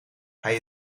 hij